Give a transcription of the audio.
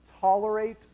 tolerate